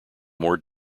more